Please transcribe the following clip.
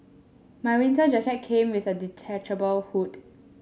my winter jacket came with a detachable hood